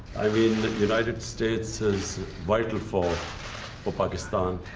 i mean the united states is vital for for pakistan.